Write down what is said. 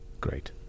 Great